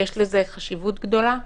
יש לזה חשיבות גדולה.